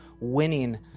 winning